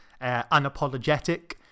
unapologetic